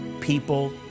people